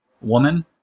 woman